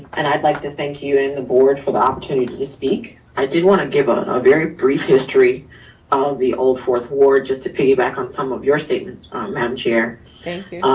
and i'd like to thank you and the board for the opportunity to speak. i did wanna give a ah very brief history of the old fourth ward, just to piggyback on some of your statements on madam chair.